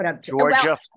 Georgia